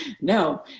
No